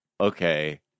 Okay